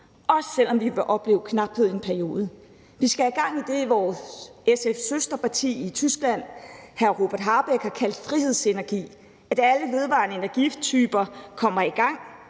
også selv om vi vil opleve knaphed i en periode. Vi skal have gang i det, som Robert Habeck fra SF's søsterparti i Tyskland har kaldt frihedsenergi, og at alle vedvarende energityper kommer i gang.